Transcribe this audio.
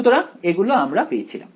সুতরাং এগুলো আমরা পেয়েছিলাম